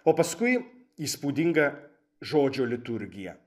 o paskui įspūdinga žodžio liturgija